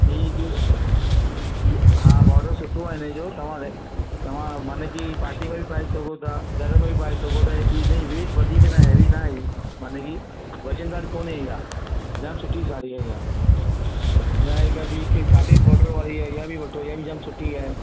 हा बॉडर सुठो आहे हिन जो तव्हां तव्हां माना की पाटी में बि वरी पाए सघो था घर में बि पाए सघो था हिन जी वेट वधीक नाहे हैवी नाहे माना की वज़नदार कोन्हे हा जाम सुठी साड़ी आहे इहा इहा हिकु बि के साटीन बॉडर वारी आहे इहा बि वठो इहा बि जाम सुठी आहे